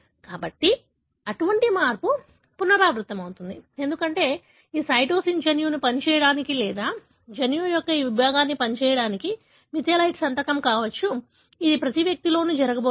కాబట్టి ఇటువంటి మార్పు పునరావృతమవుతుంది ఎందుకంటే ఈ సైటోసిన్ జన్యువు పనిచేయడానికి లేదా జన్యువు యొక్క ఆ విభాగం పనిచేయడానికి మిథైలేటెడ్ సంతకం కావచ్చు ఇది ప్రతి వ్యక్తిలోనూ జరగబోతోంది